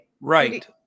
Right